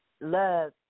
Love